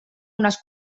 unes